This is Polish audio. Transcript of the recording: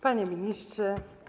Panie Ministrze!